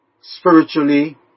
Spiritually